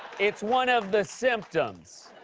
it's one of the symptoms.